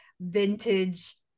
vintage